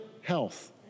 health